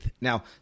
Now